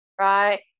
right